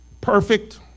perfect